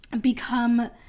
become